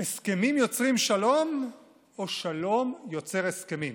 הסכמים יוצרים שלום או שלום יוצר הסכמים?